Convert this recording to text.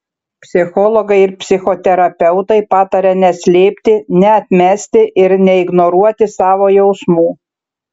psichologai ir psichoterapeutai pataria neslėpti neatmesti ir neignoruoti savo jausmų